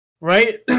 right